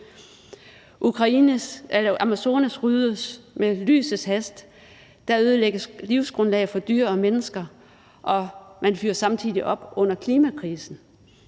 Amazonas ryddes med lysets hast, der ødelægges livsgrundlag for dyr og mennesker, og man fyrer samtidig op under klimakrisen.